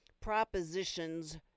propositions